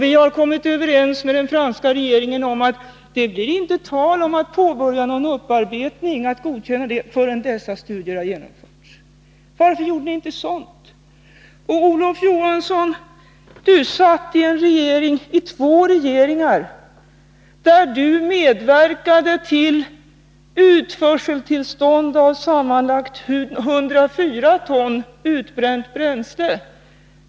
Vi har kommit överens med den franska regeringen om att det inte blir tal om att godkänna någon upparbetning förrän sådana studier har genomförts. Varför gjorde inte ni något sådant? Olof Johansson satt i två regeringar, där han medverkade till utförseltillstånd för sammanlagt 104 ton utbränt bränsle.